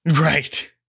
Right